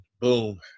boom